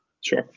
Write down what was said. Sure